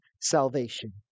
salvation